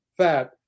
Fat